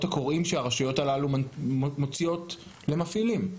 הקוראים שהרשויות הללו מוציאות למפעילים?